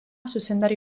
zuzendari